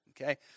okay